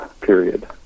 period